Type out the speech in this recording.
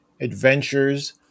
adventures